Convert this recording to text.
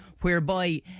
whereby